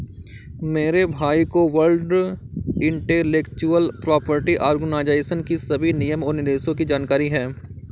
मेरे भाई को वर्ल्ड इंटेलेक्चुअल प्रॉपर्टी आर्गेनाईजेशन की सभी नियम और निर्देशों की जानकारी है